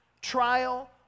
trial